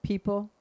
People